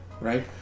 right